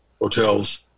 hotels